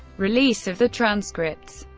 release of the transcripts